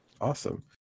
Awesome